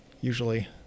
usually